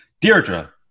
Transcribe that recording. Deirdre